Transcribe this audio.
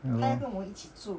ya lor